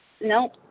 Nope